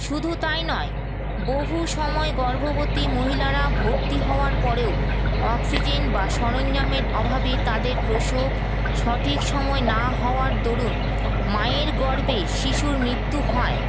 শুধু তাই নয় বহু সময় গর্ভবতী মহিলারা ভর্তি হওয়ার পরেও অক্সিজেন বা সরঞ্জামের অভাবে তাদের প্রসব সঠিক সময়ে না হওয়ার দরুন মায়ের গর্ভে শিশুর মৃত্যু হয়